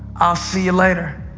i'll see you later.